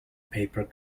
paper